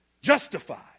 Justified